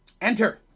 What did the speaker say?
enter